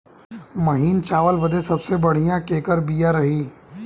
महीन चावल बदे सबसे बढ़िया केकर बिया रही?